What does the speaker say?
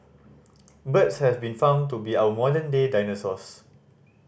birds have been found to be our modern day dinosaurs